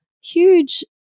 huge